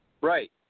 Right